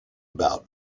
about